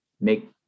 make